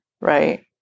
right